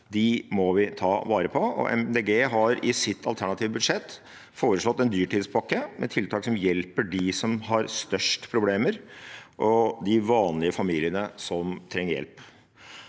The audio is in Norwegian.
Dem må vi ta vare på, og Miljøpartiet De Grønne har i sitt alternative budsjett foreslått en dyrtidspakke med tiltak som hjelper dem som har størst problemer, og de vanlige familiene som trenger hjelp.